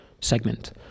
segment